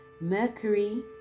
Mercury